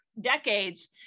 decades